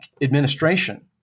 administration